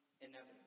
inevitable